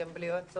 גם בלי יועצות.